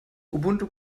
ubuntu